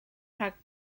rhag